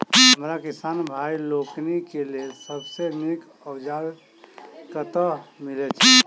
हमरा किसान भाई लोकनि केँ लेल सबसँ नीक औजार कतह मिलै छै?